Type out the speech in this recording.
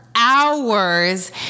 hours